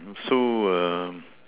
so